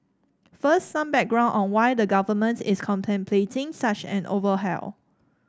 first some background on why the Government is contemplating such an overhaul